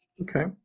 Okay